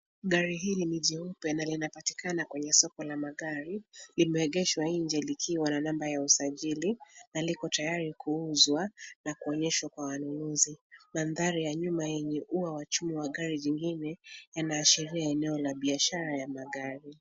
Gari hili ni jeupe na linapatikana kwenye soko la magari. Limeegeshwa nje likiwa na namba ya usajili na liko tayari kuuzwa na kuonyeshwa kwa wanunuzi. Mandhari ya nyuma yenye ua wa chuma na gari zingine yanaashiria eneo la biashara ya magari.